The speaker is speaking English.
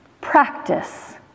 Practice